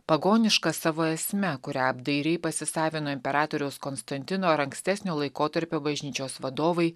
pagoniška savo esme kurią apdairiai pasisavino imperatoriaus konstantino ar ankstesnio laikotarpio bažnyčios vadovai